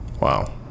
wow